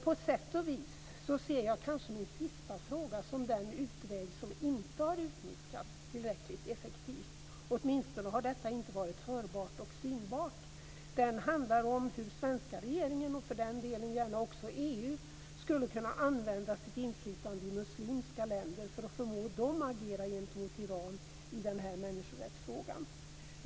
På sätt och vis ser jag kanske min sista fråga som den utväg som inte har utnyttjats tillräckligt effektivt. Åtminstone har detta inte varit hörbart och synbart. Det handlar om hur den svenska regeringen, och för den delen gärna också EU, skulle kunna använda sitt inflytande i muslimska länder för att förmå dem att agera gentemot Iran i den här människorättsfrågan.